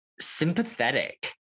sympathetic